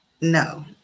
No